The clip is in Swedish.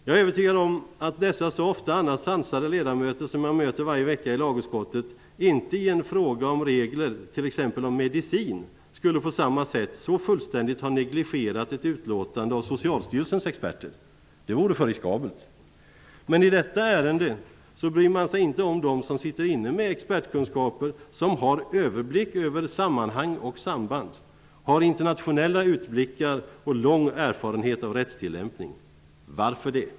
Jag är övertygad om att dessa, annars så ofta sansade, ledamöter som jag möter varje vecka i lagutskottet inte på samma sätt så fullständigt skulle negligera ett utlåtande av Socialstyrelsens experter i en fråga om regler för t.ex. medicin. Det vore för riskabelt. Men i detta ärende bryr man sig inte om dem som sitter inne med expertkunskaper, som har överblick över sammanhang och samband, som har internationella utblickar och lång erfarenhet av rättstillämpning. Varför är det så?